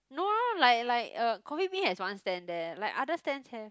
no lor like like uh coffee-bean has one stand there like other stands have